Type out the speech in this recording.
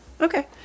Okay